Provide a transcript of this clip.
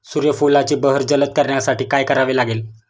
सूर्यफुलाची बहर जलद करण्यासाठी काय करावे लागेल?